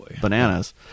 bananas